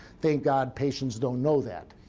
thank god patients don't know that.